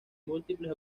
múltiples